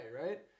right